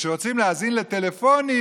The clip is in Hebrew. וכשרוצים להאזין לטלפונים,